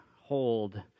hold